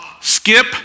Skip